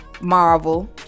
Marvel